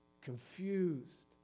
Confused